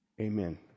Amen